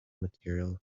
material